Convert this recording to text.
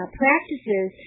practices